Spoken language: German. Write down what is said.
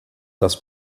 dass